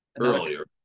Earlier